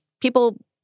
people